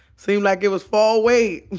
seemed like it was far away.